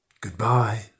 Goodbye